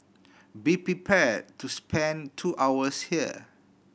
be prepared to spend two hours here